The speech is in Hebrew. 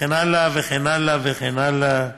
וכן הלאה וכן הלאה וכן הלאה.